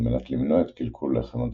על-מנת למנוע את קלקול לחם הדבורים.